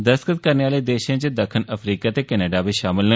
दस्तखत करने आले देशें च दक्खन अफ्रीका ते कैनेडा बी शामल न